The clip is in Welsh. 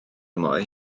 mwy